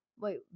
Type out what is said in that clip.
Wait